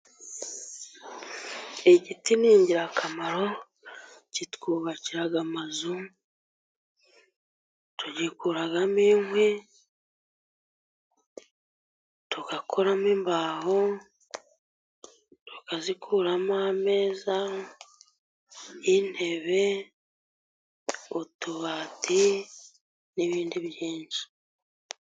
Igiti ni ingirakamaro. Kitwubakira amazu, tugikuramo inkwi, tugakuramo imbaho, tukazikuramo ameza, intebe, utubati n'ibindi byinshi.